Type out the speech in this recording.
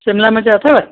शिमला मिर्च अथव